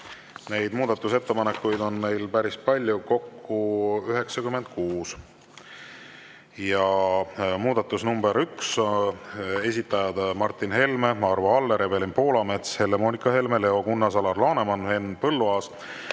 Neid muudatusettepanekuid on meil päris palju, kokku 96. Muudatus[ettepanek] nr 1, esitajad Martin Helme, Arvo Aller, Evelin Poolamets, Helle-Moonika Helme, Leo Kunnas, Alar Laneman, Henn Põlluaas,